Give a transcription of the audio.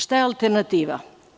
Šta je alternativa?